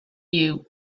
you